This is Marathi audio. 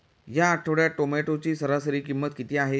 या आठवड्यात टोमॅटोची सरासरी किंमत किती आहे?